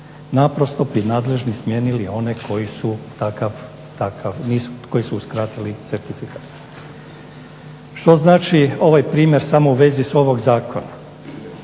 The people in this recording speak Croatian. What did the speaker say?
naprosto bi nadležni smijenili one koji su takav ishod koji su uskratili certifikata. To znači ovaj primjer samo u vezi ovog zakona.